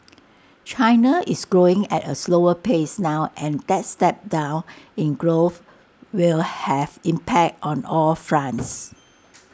China is growing at A slower pace now and that step down in growth will have impact on all fronts